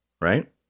Right